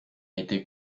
été